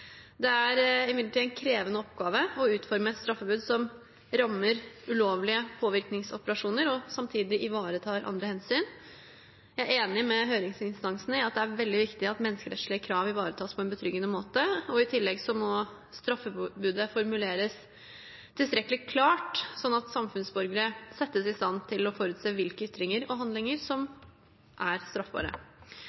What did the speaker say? Det er imidlertid en krevende oppgave å utforme et straffebud som rammer ulovlige påvirkningsoperasjoner og samtidig ivaretar andre hensyn. Jeg er enig med høringsinstansene i at det er veldig viktig at menneskerettslige krav ivaretas på en betryggende måte, og i tillegg må straffebudet formuleres tilstrekkelig klart, sånn at samfunnsborgere settes i stand til å forutse hvilke ytringer og handlinger som